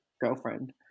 girlfriend